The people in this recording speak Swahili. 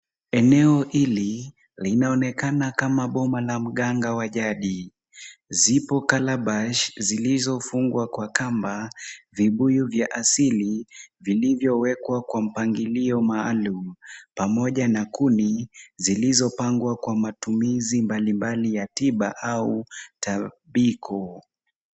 Eneo hili linaonekana kama boma la mganga wa jadi, zipo calabash zilizofungwa kwa kamba, vibuyu vya asili, vilivyowekwa kwa mpangilio maalum pamoja na kuni, zilizopangwa kwa matumizi mbalimbali ya tiba au tambiko.